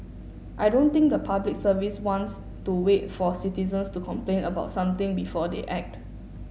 I don't think the Public Service wants to wait for citizens to complain about something before they act